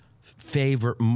favorite